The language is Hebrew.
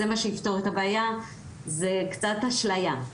זה מה שיפתור את הבעיה, זה קצת אשליה.